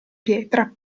pietra